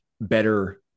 better